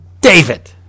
David